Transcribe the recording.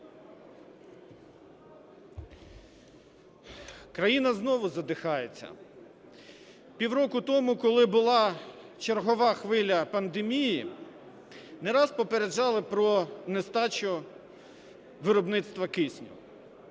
Країна знову задихається. Пів року тому, коли була чергова хвиля пандемії, не раз попереджали про нестачу виробництва кисню.